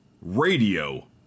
Radio